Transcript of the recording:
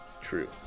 true